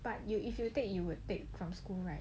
but you if you take you would take from school right